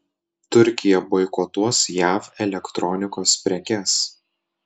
turkija boikotuos jav elektronikos prekes